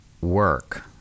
work